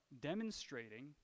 demonstrating